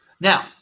Now